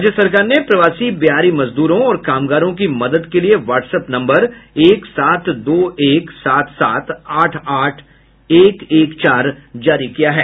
राज्य सरकार ने प्रवासी बिहारी मजदूरों और कामगारों की मदद के लिए वाट्सएप नम्बर एक सात दो एक सात सात आठ आठ एक एक चार जारी किया है